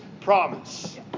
promise